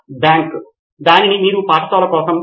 కాబట్టి log feature తప్పనిసరిగా మనం మాట్లాడుతున్న లక్షణం